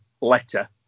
letter